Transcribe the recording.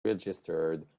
registered